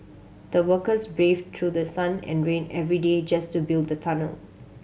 the workers braved through the sun and rain every day just to build the tunnel